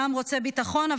העם רוצה ביטחון,